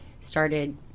started